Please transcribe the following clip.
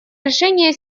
решения